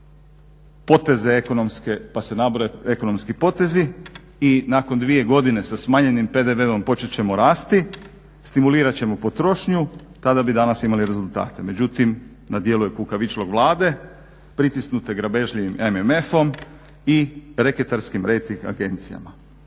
poteze ekonomske pa se nabroje ekonomski potezi i nakon dvije godine sa smanjenim PDV-om počet ćemo rasti, stimulirat ćemo potrošnju. Tada bi danas imali rezultate. Međutim, na djelu je kukavičluk Vlade pritisnute grabežljivim MMF-om i reketarskim rejting agencijama.